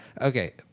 Okay